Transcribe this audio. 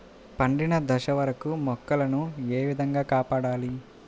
పండిన దశ వరకు మొక్కల ను ఏ విధంగా కాపాడాలి?